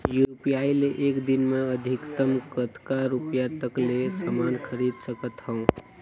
UPI ले एक दिन म अधिकतम कतका रुपिया तक ले समान खरीद सकत हवं?